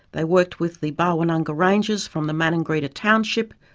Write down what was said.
they worked with the bawinanga rangers from the maningrida township,